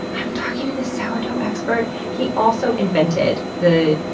i'm talking to this sourdough expert. he also invented the.